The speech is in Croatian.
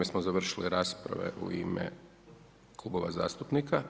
Mi smo završili rasprave u ime klubova zastupnika.